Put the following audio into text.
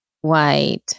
white